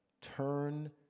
Turn